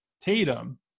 Tatum